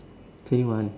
twenty one